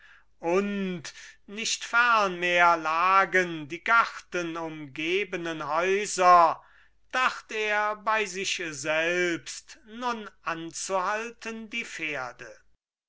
und nicht fern mehr lagen die gartenumgebenen häuser dacht er bei sich selbst nun anzuhalten die pferde